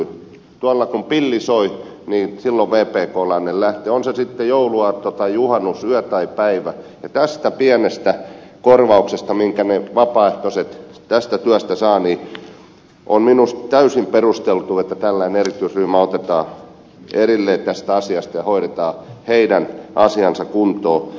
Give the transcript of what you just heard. tuolla kun pilli soi niin silloin vpklainen lähtee on se sitten jouluaatto tai juhannusyö tai päivä ja tämän pienen korvauksen takia minkä ne vapaaehtoiset tästä työstä saavat on minusta täysin perusteltua että tällainen erityisryhmä otetaan erilleen tästä asiasta ja hoidetaan heidän asiansa kuntoon